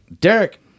Derek